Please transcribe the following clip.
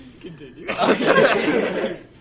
Continue